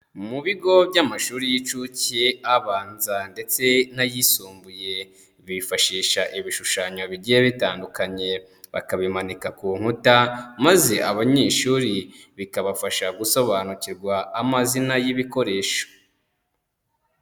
Mu bigo by'amashuri y'incuke, abanza ndetse n'ayisumbuye, bifashisha ibishushanyo bigiye bitandukanye, bakabimanika ku nkuta, maze abanyeshuri bikabafasha gusobanukirwa amazina y'ibikoresho.